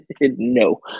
No